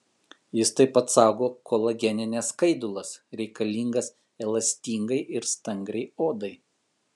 jis taip pat saugo kolagenines skaidulas reikalingas elastingai ir stangriai odai